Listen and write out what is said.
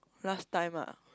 last time lah